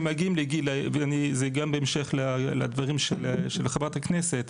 זה גם בהמשך לדברים של חברת הכנסת.